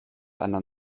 einer